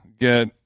get